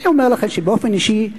אני אומר לכם שבאופן אישי,